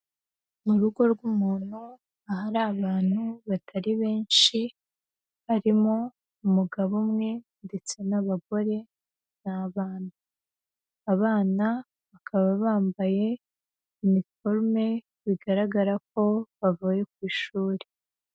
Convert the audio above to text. Mu rugo rw'umuntu ahari abantu batari benshi, harimo umugabo umwe ndetse n'abagore n'abana, abana bakaba bambaye iniforume bigaragara ko bavuye ku ishuri.